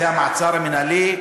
בגלל המעצר המינהלי,